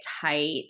tight